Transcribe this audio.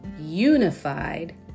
unified